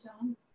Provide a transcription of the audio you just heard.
John